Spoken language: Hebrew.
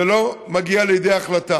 זה לא מגיע לידי החלטה.